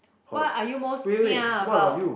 what are you most kia about